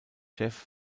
jeff